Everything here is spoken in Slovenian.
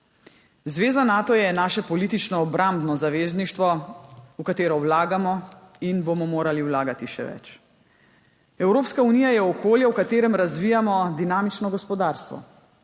Zveza Nato je naše politično-obrambno zavezništvo, v katero vlagamo in bomo morali vlagati še več. Evropska unija je okolje, v katerem razvijamo dinamično gospodarstvo.